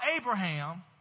Abraham